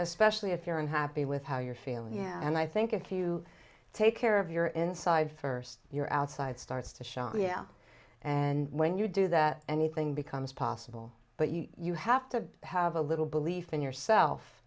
especially if you're unhappy with how you're feeling and i think if you take care of your inside first your outside starts to sharia and when you do that anything becomes possible but you know you have to have a little belief in yourself